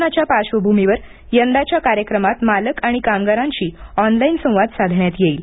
कोरोनाच्या पार्श्वभूमीवर यंदाच्या कार्यक्रमात मालक आणि कामगारांशी ऑनलाईन संवाद साधण्यात येईल